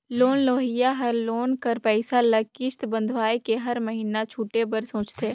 loan लेहोइया हर loan कर पइसा ल किस्त बंधवाए के हर महिना छुटे बर सोंचथे